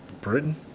Britain